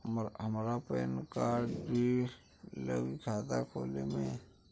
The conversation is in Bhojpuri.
हमार पेन कार्ड भी लगी खाता में?